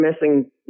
missing